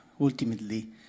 ultimately